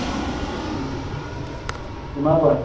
তোমাৰ কোৱা